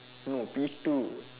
no P two